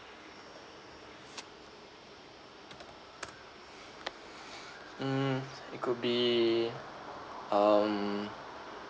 mm it could be um